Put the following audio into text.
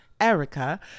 Erica